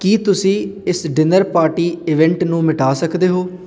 ਕੀ ਤੁਸੀਂ ਇਸ dinner party event ਨੂੰ ਮਿਟਾ ਸਕਦੇ ਹੋ